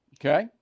okay